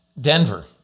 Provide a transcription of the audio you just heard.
Denver